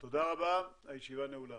תודה רבה, הישיבה נעולה.